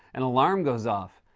an alarm goes off.